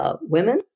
women